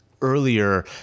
earlier